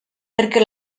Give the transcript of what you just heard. perquè